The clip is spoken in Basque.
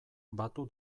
batu